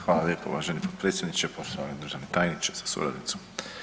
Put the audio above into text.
Hvala lijepo uvaženi potpredsjedniče, poštovani državni tajniče sa suradnicom.